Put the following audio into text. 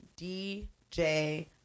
DJ